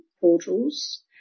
portals